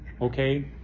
okay